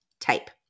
type